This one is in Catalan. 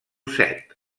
set